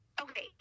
Okay